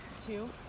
two